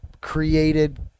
created